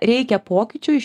reikia pokyčių iš